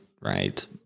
right